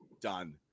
done